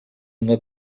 uma